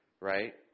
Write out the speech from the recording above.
right